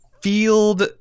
field